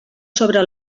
sobre